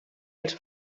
els